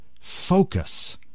focus